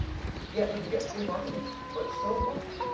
yeah, look, you get free marketing, but so what?